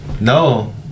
No